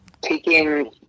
taking